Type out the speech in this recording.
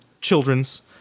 children's